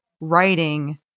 writing